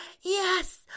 Yes